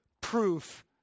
proof